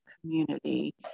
community